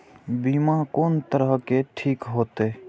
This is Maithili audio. बीमा कोन तरह के ठीक होते?